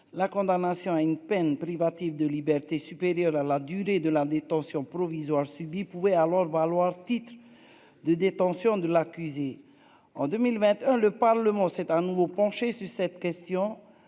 la condamnation à une peine privative de liberté supérieure à la durée de la détention provisoire subies pouvait alors valoir titre de détention de l'accusé en 2020, le Parlement s'est à nouveau penché sur cette question,